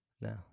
no